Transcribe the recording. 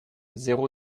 zéro